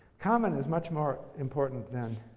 common is much more important than